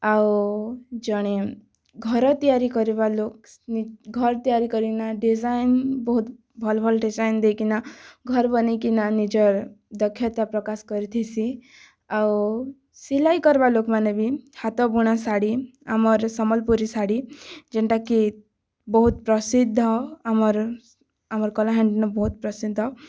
ଆଉ ଜଣେ ଘର ତିଆରି କରିବା ଲୋକ ଘର ତିଆରି କରିକିନା ଡିଜାଇନ ବହୁତ ଭଲ ଭଲ ଡିଜାଇନ ଦେଇକିନା ଘର ବନାଇକିନା ନିଜର ଦକ୍ଷତା ପ୍ରକାଶ କରିଥିସି ଆଉ ସିଲାଇ କରବା ଲୋକମାନେ ବି ହାତ ବୁଣା ଶାଢ଼ୀ ଆମର ସମ୍ବଲପୁରୀ ଶାଢ଼ୀ ଯେଉଁଟା କି ବହୁତ ପ୍ରସିଦ୍ଧ ଆମର ଆମର କଳାହାଣ୍ଡିନ ବହୁତ ପ୍ରସିଦ୍ଧ